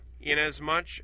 inasmuch